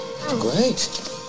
Great